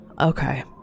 okay